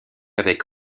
avec